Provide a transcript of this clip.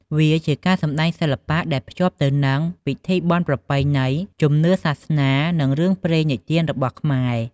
វាជាការសម្តែងសិល្បៈ ដែលផ្សារភ្ជាប់ទៅនឹងពិធីបុណ្យប្រពៃណី ជំនឿសាសនា និងរឿងព្រេងនិទានរបស់ខ្មែរ។